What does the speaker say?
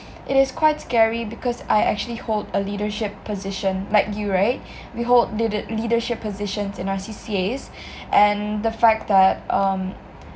it is quite scary because I actually hold a leadership position like you right we hold leader leadership positions in our C_C_As and the fact that um